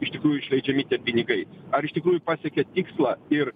iš tikrųjų išleidžiami tie pinigai ar iš tikrųjų pasiekia tikslą ir